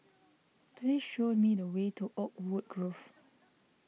please show me the way to Oakwood Grove